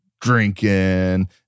drinking